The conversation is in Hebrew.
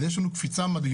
אז יש לנו קפיצה מדהימה.